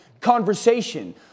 conversation